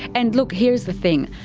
and look here's the thing,